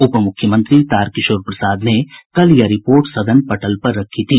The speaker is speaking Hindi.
उप मुख्यमंत्री तारकिशोर प्रसाद ने कल यह रिपोर्ट सदन पटल पर रखी थी